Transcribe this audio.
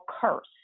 curse